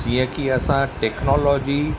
जीअं की असां टेक्नोलॉजी